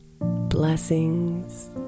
Blessings